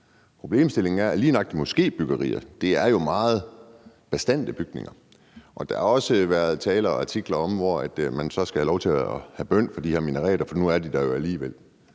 Problemstillingen er, at lige nøjagtig moskébyggerier jo er meget bastante bygninger. Der har også været taler og artikler om, at man så skal have lov til at holde bøn fra de her minareter, for nu er de der jo alligevel,